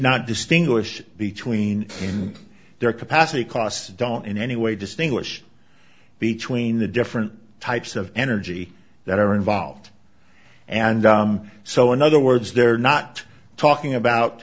not distinguish between their capacity costs don't in any way distinguish between the different types of energy that are involved and so in other words they're not talking about